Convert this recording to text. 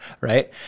right